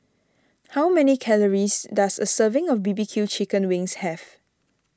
how many calories does a serving of B B Q Chicken Wings have